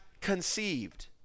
conceived